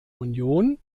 union